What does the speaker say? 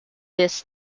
this